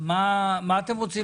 אתם חושבים